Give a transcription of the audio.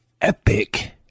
epic